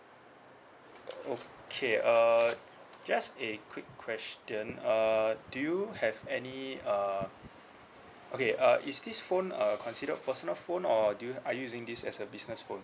okay uh just a quick question uh do you have any uh okay uh is this phone uh considered personal phone or do you are you using this as a business phone